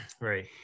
right